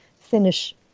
finish